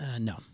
No